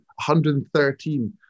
113